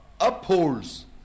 upholds